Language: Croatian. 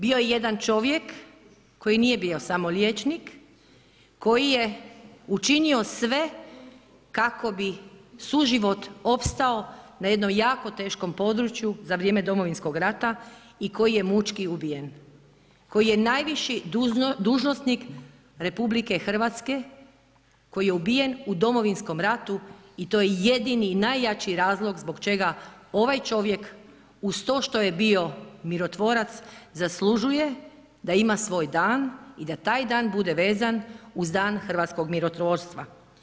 Bio je i jedan čovjek koji nije bio samo liječnik, koji je učinio sve kako bi suživot opstao na jednom jako teškom području za vrijeme Domovinskog rata i koji je mučki ubijen, koji je najviši dužnosnik RH, koji je ubijen u Domovinskom ratu i to je jedni i najjači razlog zbog čega ovaj čovjek uz to što je bio mirotvorac zaslužuje da ima svoj dan i da taj dan bude vezan uz dan hrvatskog mirotvorca.